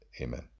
Amen